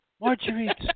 Marguerite